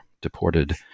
deported